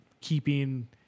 keeping